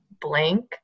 blank